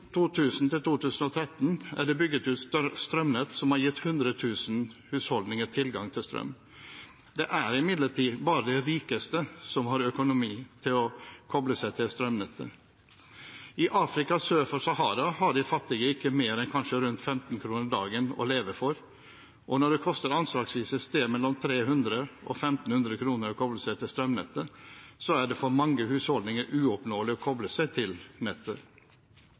er det bygget ut strømnett som har gitt 100 000 husholdninger tilgang til strøm. Det er imidlertid bare de rikeste som har økonomi til å koble seg til strømnettet. I Afrika sør for Sahara har de fattigste ikke mer enn kanskje rundt 15 kr dagen å leve for, og når det koster anslagsvis et sted mellom 300 og 1 500 kr å koble seg til strømnettet, er det for mange husholdninger uoppnåelig å koble seg til nettet.